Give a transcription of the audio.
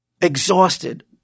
exhausted